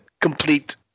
complete